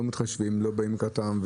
לא באים לקראתם,